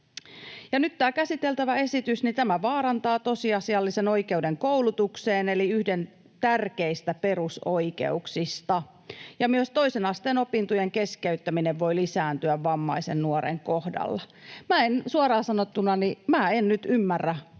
Nyt tämä käsiteltävä esitys vaarantaa tosiasiallisen oikeuden koulutukseen eli yhden tärkeistä perusoikeuksista. Myös toisen asteen opintojen keskeyttäminen voi lisääntyä vammaisen nuoren kohdalla. Minä en suoraan sanottuna nyt ymmärrä